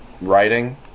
writing